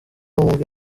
wumve